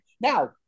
Now